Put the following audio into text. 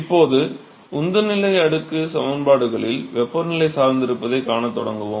இப்போது உந்த எல்லை அடுக்கு சமன்பாடுகளில் வெப்பநிலை சார்ந்திருப்பதைக் காணத் தொடங்குவோம்